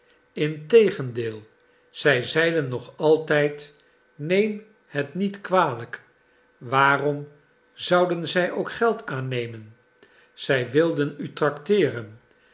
tegendeel zij zeiden nog altijd neem het niet kwalijk waarom zouden zij ook geld aannemen zij wilden u tracteeren